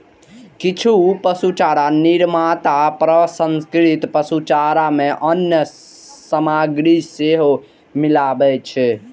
किछु पशुचारा निर्माता प्रसंस्कृत पशुचारा मे अन्य सामग्री सेहो मिलबै छै